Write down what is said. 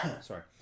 sorry